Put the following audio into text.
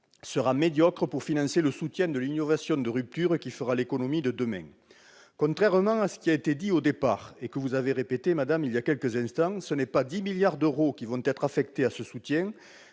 sera médiocre pour financer le soutien de l'innovation de rupture qui fera l'économie de demain. Contrairement à ce qui a été dit au départ, et que vous avez répété à l'instant, madame la secrétaire d'État, ce ne sont pas 10 milliards d'euros qui vont être affectés à ce soutien,